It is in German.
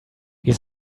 wir